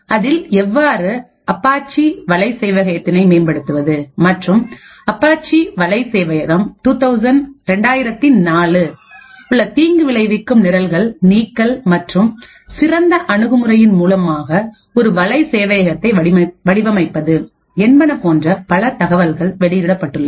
அதில் எவ்வாறு அப்பாச்சி வலை சேவையகத்திணை மேம்படுத்துவது மற்றும் அப்பாச்சி வலை சேவையகம் 2004 ல் உள்ள தீங்கு விளைவிக்கும் நிரல்கள் நீக்கல்மற்றும் சிறந்த அணுகு முறையின் மூலமாக ஒரு வளை சேவையகத்தை வடிவமைப்பது என்பன போன்ற பல தகவல்கள் வெளியிடப்பட்டுள்ளது